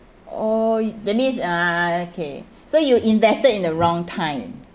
oh that means uh okay so you invested in the wrong time